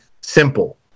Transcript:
simple